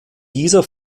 dieser